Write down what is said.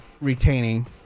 Retaining